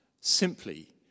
simply